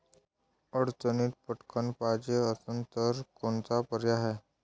अडचणीत पटकण पायजे असन तर कोनचा पर्याय हाय?